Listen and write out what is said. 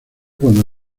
cuando